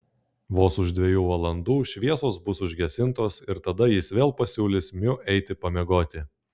vos už dviejų valandų šviesos bus užgesintos ir tada jis vėl pasiūlys miu eiti pamiegoti